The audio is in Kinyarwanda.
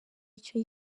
icyo